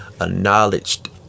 acknowledged